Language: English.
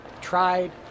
tried